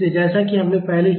इसलिए जैसा कि हमने पहले